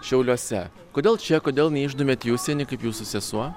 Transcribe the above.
šiauliuose kodėl čia kodėl neišdūmėt į užsienį kaip jūsų sesuo